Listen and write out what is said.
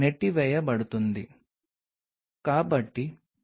కాబట్టి మేము రకాల్లోకి రావడం లేదు కానీ కొల్లాజెన్ యొక్క మరొక విస్తృత గొడుగు